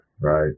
Right